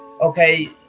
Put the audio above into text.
Okay